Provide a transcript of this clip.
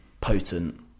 potent